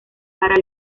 para